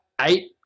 eight